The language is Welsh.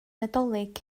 nadolig